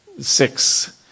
six